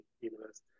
universe